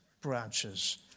branches